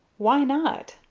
why not?